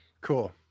Cool